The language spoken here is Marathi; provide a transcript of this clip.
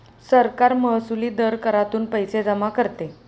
सरकार महसुली दर करातून पैसे जमा करते